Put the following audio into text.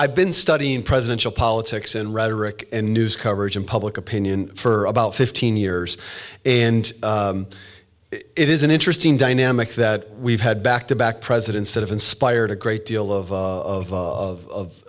i've been studying presidential politics and rhetoric in news coverage and public opinion for about fifteen years and it is an interesting dynamic that we've had back to back presidents that have inspired a great deal of